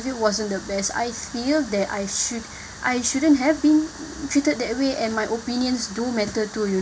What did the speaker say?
wasn't the best I feel that I should I shouldn't have been treated that way and my opinions do matter too you